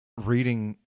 reading